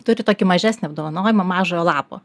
turi tokį mažesnį apdovanojimą mažojo lapo